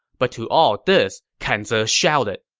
but to all this, kan ze shouted,